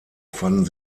fanden